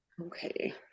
Okay